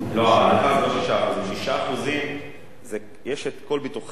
ההנחה היא לא 6%. יש כל ביטוחי החובה